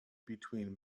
between